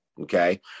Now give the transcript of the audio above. Okay